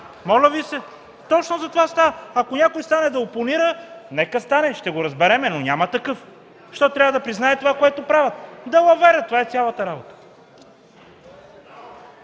Моля Ви се, точно за това става въпрос. (Реплики.) Ако някой стане да опонира, нека стане, ще го разберем, но няма такъв, защото трябва да признае това, което правят. Далавера, това е цялата работа!